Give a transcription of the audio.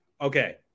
Okay